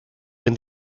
when